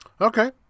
okay